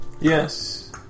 Yes